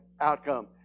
outcome